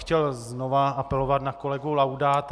Chtěl bych znovu apelovat na kolegu Laudáta.